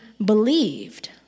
Believed